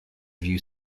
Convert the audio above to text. view